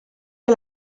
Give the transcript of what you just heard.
que